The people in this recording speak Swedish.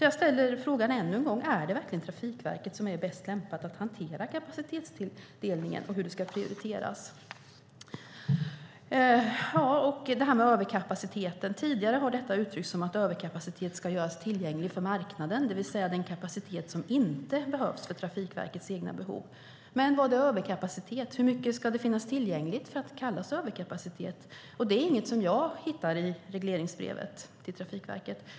Jag ställer därför frågan ännu en gång: Är det verkligen Trafikverket som är bäst lämpat att hantera kapacitetstilldelningen och hur den ska prioriteras? Tidigare har det uttryckts att överkapacitet ska göras tillgänglig för marknaden, det vill säga den kapacitet som inte behövs för Trafikverkets egna behov. Men vad är överkapacitet? Hur mycket ska finnas tillgängligt för att kallas överkapacitet? Det är inget som jag hittar i regleringsbrevet till Trafikverket.